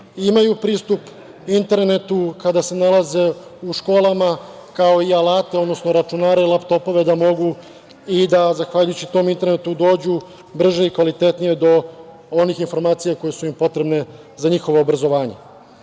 imaju pristup internetu kada se nalaze u školama, kao i alate, odnosno računare i laptopove da mogu i da zahvaljujući tom internetu dođu brže i kvalitetnije do onih informacija koje su im potrebne za njihovo obrazovanje. Krenuli